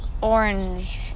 orange